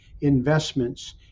investments